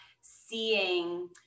seeing